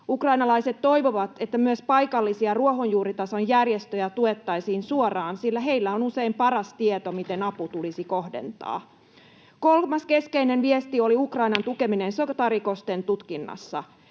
Ukrainalaiset toivovat, että myös paikallisia ruohonjuuritason järjestöjä tuettaisiin suoraan, sillä heillä on usein paras tieto siitä, miten apu tulisi kohdentaa. Kolmas keskeinen viesti oli Ukrainan tukeminen sotarikosten tutkinnassa.